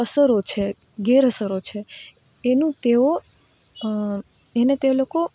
અસરો છે ગેરઅસરો છે એનું તેઓ એને તે લોકો